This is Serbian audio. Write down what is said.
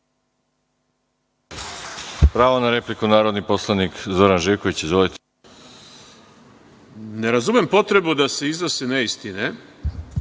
Ne razumem potrebu da se iznose neistine,